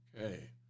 Okay